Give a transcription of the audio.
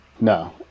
No